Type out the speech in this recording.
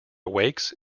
awakes